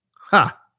ha